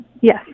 Yes